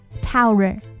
Tower